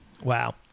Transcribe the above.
Wow